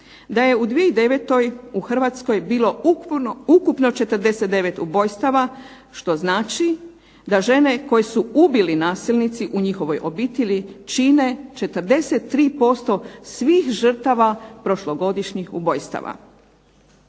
da je u 2009. u Hrvatskoj bilo ukupno 49 ubojstava, što znači da žene koje su ubili nasilnici u njihovoj obitelji čine 43% svih žrtava prošlogodišnjih ubojstava.